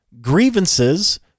Grievances